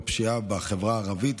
הפשיעה בחברה הערבית.